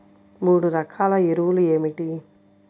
మూడు రకాల ఎరువులు ఏమిటి?